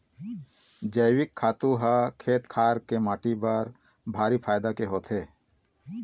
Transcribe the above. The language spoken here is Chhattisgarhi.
जइविक खातू ह खेत खार के माटी बर भारी फायदा के होथे